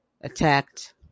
attacked